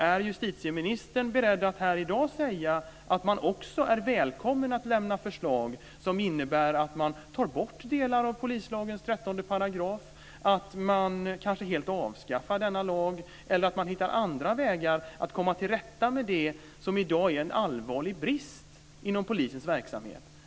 Är justitieministern beredd att här i dag säga att man också är välkommen att lämna förslag som innebär att man tar bort delar av polislagens 13 §, att man kanske helt avskaffar denna lag eller att man hittar andra vägar för att komma till rätta med det som i dag är en allvarlig brist inom polisens verksamhet?